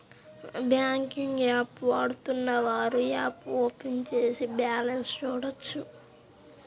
banking app వాడుతున్నవారు app open చేసి balance చూడొచ్చు